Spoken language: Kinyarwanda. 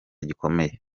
gikomeye